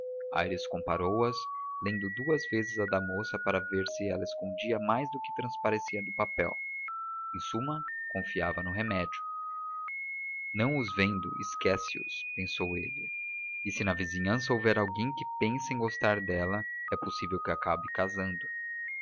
aires comparou as lendo duas vezes a da moça para ver se ela escondia mais do que transparecia do papel em suma confiava no remédio não os vendo esquece os pensou ele e se na vizinhança houver alguém que pensa em gostar dela é possível que acabe casando